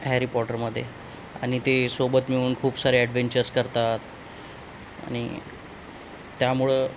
Harry पॉटरमध्ये आणि ते सोबत मिळून खूप सारे ॲडवेंचर्स करतात आणि त्यामुळं